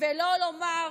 ולא לומר,